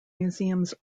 museums